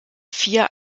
vier